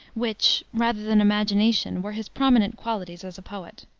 which rather than imagination were his prominent qualities as a poet.